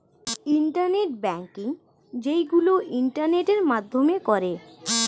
internet banking যেইগুলো ইন্টারনেটের মাধ্যমে করে